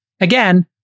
Again